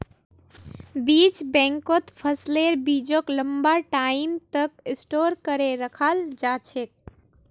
बीज बैंकत फसलेर बीजक लंबा टाइम तक स्टोर करे रखाल जा छेक